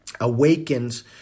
awakens